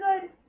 good